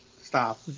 stop